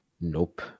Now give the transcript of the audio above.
Nope